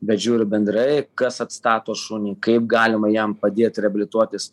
bet žiūriu bendrai kas atstato šunį kaip galima jam padėt reabilituotis